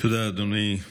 תודה רבה, אדוני.